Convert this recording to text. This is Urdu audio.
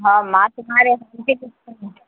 ہاں میں تمہارے